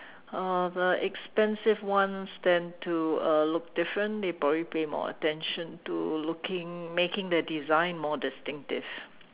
uh the expensive ones tend to uh look different they probably pay more attention to looking making their design more distinctive